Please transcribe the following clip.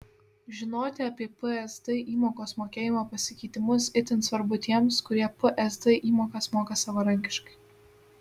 žinoti apie psd įmokos mokėjimo pasikeitimus itin svarbu tiems kurie psd įmokas moka savarankiškai